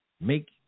Make